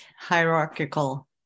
hierarchical